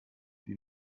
die